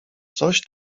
coś